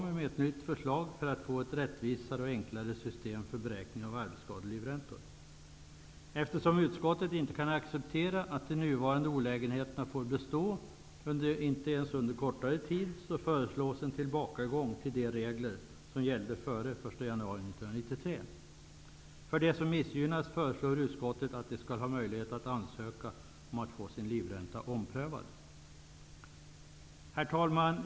Eftersom utskottet inte kan acceptera att de nuvarande olägenheterna får bestå ens under en kortare tid, föreslås en tillbakagång till de regler som gällde före 1 januari 1993. Utskottet föreslår att de som missgynnats skall ha möjligheter att ansöka om att få sin livränta omprövad. Herr talman!